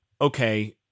okay